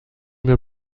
mir